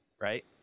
Right